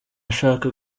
ashaka